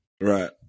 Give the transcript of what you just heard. Right